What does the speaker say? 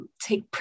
take